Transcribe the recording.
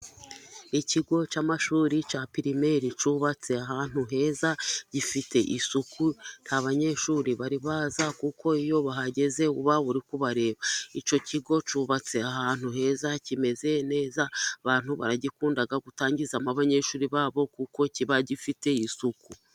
Ikigo cy'amashuri cya pirimare cyubatse ahantu heza, gifite isuku nta banyeshuri bari baza. Kuko iyo bahageze uba uri kubareba icyo kigo cyubatse ahantu heza kimeze neza abantu baragikunda gutangizamo abanyeshuri babo kuko kiba gifite isuku.